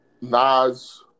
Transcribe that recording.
Nas